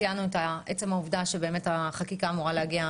הצעת החוק של חברת הכנסת מירב בן ארי,